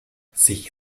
sich